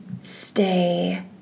stay